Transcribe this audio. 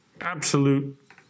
absolute